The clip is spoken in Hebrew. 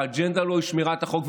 והאג'נדה הלוא היא שמירת החוק.